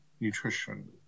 Nutrition